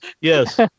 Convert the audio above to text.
yes